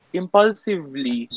impulsively